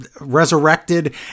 resurrected